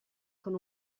con